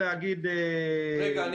רגע.